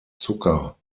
zucker